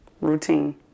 Routine